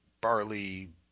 barley